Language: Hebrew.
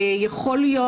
יכול להיות